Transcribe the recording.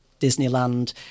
Disneyland